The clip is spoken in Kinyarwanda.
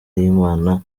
y’imana